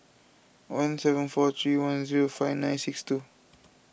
one seven four three one zero five nine six two